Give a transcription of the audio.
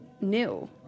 new